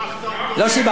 אתה שיבחת אותו.